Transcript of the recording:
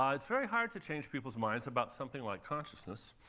um it's very hard to change people's minds about something like consciousness,